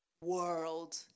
world